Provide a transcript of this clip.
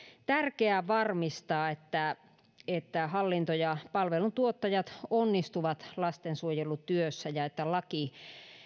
tärkeää varmistaa että että hallinto ja palvelun tuottajat onnistuvat lastensuojelutyössä ja että laki